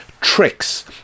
tricks